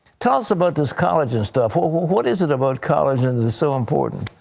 tell us about this collagen stuff, what is it about collagen that so important?